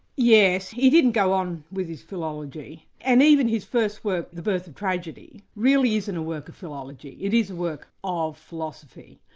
yes, he didn't go on with his philology, and even his first work, the birth of tragedy, really isn't a work of philology. it is a work of philosophy.